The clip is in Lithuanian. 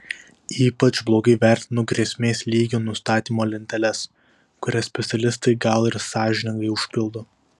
ypač blogai vertinu grėsmės lygių nustatymo lenteles kurias specialistai gal ir sąžiningai užpildo